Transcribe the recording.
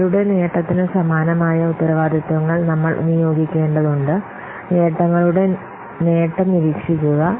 അവരുടെ നേട്ടത്തിന് സമാനമായ ഉത്തരവാദിത്തങ്ങൾ നമ്മൾ നിയോഗിക്കേണ്ടതുണ്ട് നേട്ടങ്ങളുടെ നേട്ടം നിരീക്ഷിക്കുക